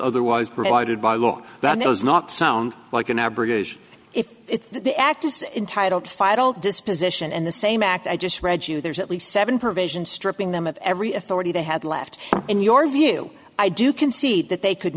otherwise provided by law that there was not sound like an abrogation if the act is entitled to fight all disposition and the same act i just read you there's at least seven provisions stripping them of every authority they had left in your view i do concede that they could